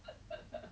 or ya